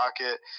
pocket